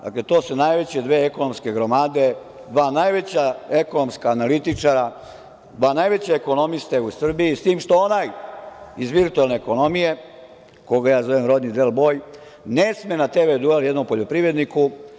Dakle, to su najveće dve ekonomske gromade, dva najveća ekonomska analitičara, dva najveća ekonomista u Srbiji, s tim što onaj iz virtualne ekonomije, koga ja zovem Rodni Del Boj, ne sme na TV duel jednom poljoprivredniku.